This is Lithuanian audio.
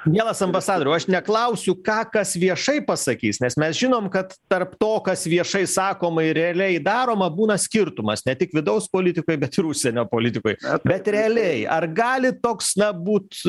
mielas ambasadoriau aš neklausiu ką kas viešai pasakys nes mes žinom kad tarp to kas viešai sakoma ir realiai daroma būna skirtumas ne tik vidaus politikoj bet ir užsienio politikoj bet realiai ar gali toks na būt